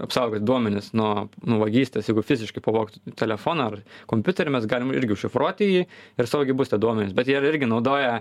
apsaugot duomenis nuo nuo vagystės jeigu fiziškai pavogtų telefoną ar kompiuterį mes galim irgi užšifruoti jį ir saugiai bus tie duomenys bet jie i irgi naudoja